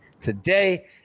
today